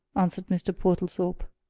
answered mr. portlethorpe.